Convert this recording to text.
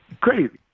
crazy